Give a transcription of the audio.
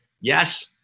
yes